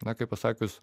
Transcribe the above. na kaip pasakius